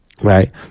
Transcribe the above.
Right